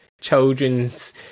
children's